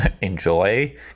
enjoy